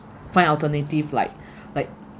find alternative like like